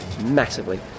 massively